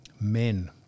men